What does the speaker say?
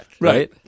right